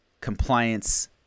compliance